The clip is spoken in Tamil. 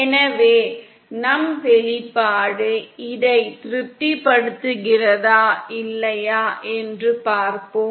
எனவே நம் வெளிப்பாடு இதை திருப்திப்படுத்துகிறதா இல்லையா என்று பார்ப்போம்